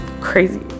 crazy